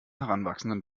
heranwachsenden